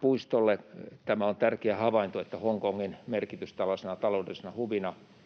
Puistolle: Tämä on tärkeä havainto, että Hongkongin merkitys taloudellisena hubina